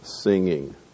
singing